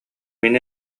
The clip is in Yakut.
мин